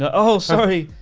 ah oh sorry.